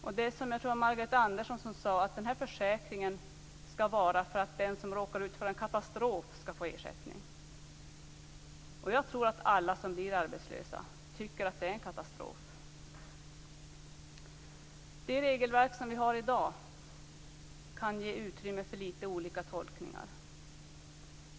Det är som Margareta Andersson sade: Den här försäkringen är till för att den som råkar ut för en katastrof skall få ersättning. Jag tror att alla som blir arbetslösa tycker att det är en katastrof. Det regelverk vi har i dag kan ge utrymme för lite olika tolkningar.